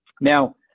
now